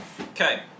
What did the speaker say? Okay